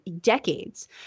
decades